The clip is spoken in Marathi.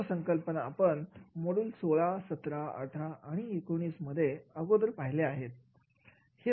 सर्व संकल्पना आपण मोड्यूल 16 17 18 आणि 19 मध्ये अगोदर पाहिले आहेत